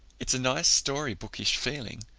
it's a nice story-bookish feeling.